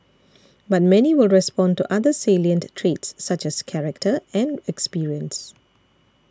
but many will respond to other salient traits such as character and experience